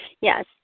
Yes